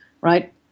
right